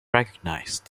recognized